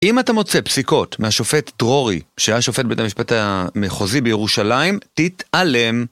אם אתה מוצא פסיקות מהשופט דרורי, שהיה שופט בית המשפט המחוזי בירושלים, תתעלם.